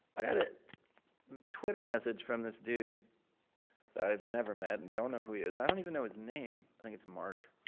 i got a twitter message from this dude i've never met, and don't know who he is. i don't even know his name. i think it's mark,